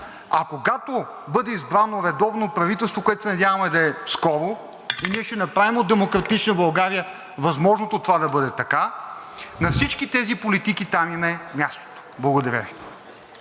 а когато бъде избрано редовно правителство, което се надяваме да е скоро и ние ще направим от „Демократична България“ възможното това да бъде така, на всички тези политики там им е мястото. Благодаря Ви.